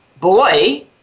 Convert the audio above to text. boy